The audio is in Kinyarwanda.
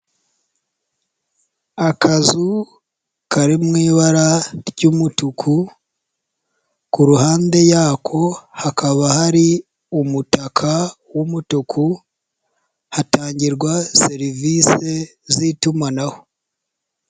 Akazu kari mu ibara ry'umutuku ku ruhande yako hakaba hari umutaka w'umutuku hatangirwa serivisi z'itumanaho.